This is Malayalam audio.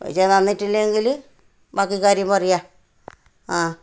പൈസ തന്നിട്ടില്ലെങ്കിൽ ബാക്കി കാര്യം പറയാം ആ